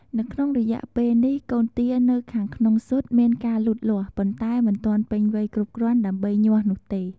នៅក្នុងរយៈពេលនេះកូនទានៅខាងក្នុងស៊ុតមានការលូតលាស់ ប៉ុន្តែមិនទាន់ពេញវ័យគ្រប់គ្រាន់ដើម្បីញាស់នោះទេ។